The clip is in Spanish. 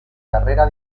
carrera